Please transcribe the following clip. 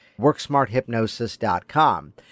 WorkSmartHypnosis.com